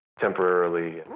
temporarily